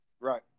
Right